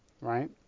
right